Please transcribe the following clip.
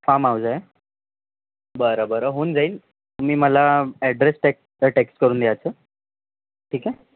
farm house आहे बरं बरं होऊन जाईल तुम्ही मला ॲड्रेस टेक्स्ट टेक्स्ट करून द्यायचं ठीक आहे